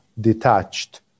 detached